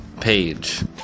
page